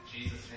Jesus